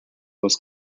was